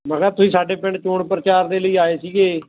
ਮੈਂ ਕਿਹਾ ਤੁਸੀਂ ਸਾਡੇ ਪਿੰਡ ਚੋਣ ਪ੍ਰਚਾਰ ਦੇ ਲਈ ਆਏ ਸੀਗੇ